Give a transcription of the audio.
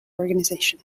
organization